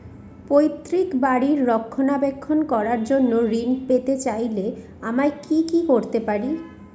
পৈত্রিক বাড়ির রক্ষণাবেক্ষণ করার জন্য ঋণ পেতে চাইলে আমায় কি কী করতে পারি?